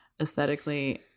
aesthetically